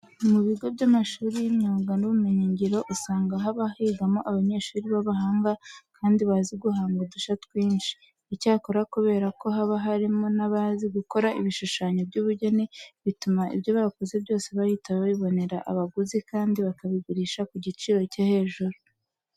Mu bigo by'amashuri y'imyuga n'ubumenyingiro usanga haba higamo abanyeshuri b'abahanga kandi bazi guhanga udushya twinshi. Icyakora kubera ko haba harimo n'abazi gukora ibishushanyo by'ubugeni, bituma ibyo bakoze byose bahita babibonera abaguzi kandi bakabigurisha ku giciro cyo hejuru.